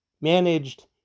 managed